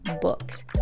books